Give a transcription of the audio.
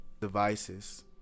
devices